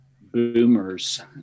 boomers